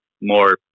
more